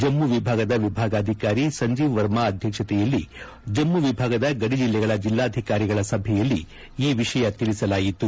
ಜಮ್ಮು ವಿಭಾಗದ ವಿಭಾಗಾಧಿಕಾರಿ ಸಂಜೀವ್ ವರ್ಮ ಅಧ್ಯಕ್ಷತೆಯಲ್ಲಿ ಜಮ್ಮು ವಿಭಾಗದ ಗದಿ ಜಿಲ್ಲೆಗಳ ಜಿಲ್ಲಾಧಿಕಾರಿಗಳ ಸಭೆಯಲ್ಲಿ ಈ ವಿಷಯ ತಿಳಿಸಲಾಯಿತು